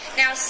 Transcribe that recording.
now